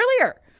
earlier